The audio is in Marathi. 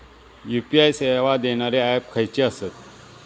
यू.पी.आय सेवा देणारे ऍप खयचे आसत?